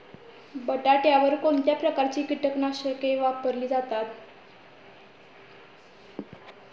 बटाट्यावर कोणत्या प्रकारची कीटकनाशके वापरली जातात?